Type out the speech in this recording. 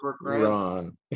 Ron